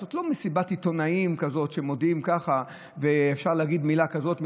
זו לא מסיבת עיתונאים שמודיעים ככה ואפשר להגיד מילה כזאת,